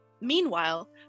Meanwhile